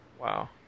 Wow